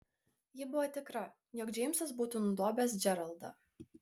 ji buvo tikra jog džeimsas būtų nudobęs džeraldą